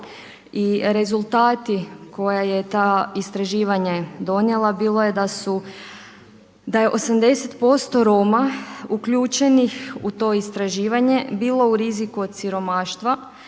i rezultati koje je to istraživanje donijelo bilo je da su, da je 80% Roma uključenih u to istraživanje bilo u riziku od siromaštva.